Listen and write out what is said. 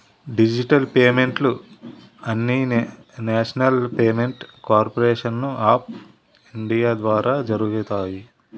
digital పేమెంట్లు అన్నీనేషనల్ payment corporation of India ద్వారా జరుగుతాయి